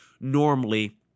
normally